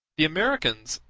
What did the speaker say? the americans,